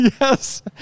Yes